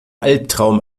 albtraum